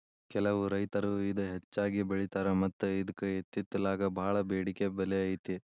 ಕೆಲವು ರೈತರು ಇದ ಹೆಚ್ಚಾಗಿ ಬೆಳಿತಾರ ಮತ್ತ ಇದ್ಕ ಇತ್ತಿತ್ತಲಾಗ ಬಾಳ ಬೆಡಿಕೆ ಬೆಲೆ ಐತಿ